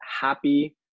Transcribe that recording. happy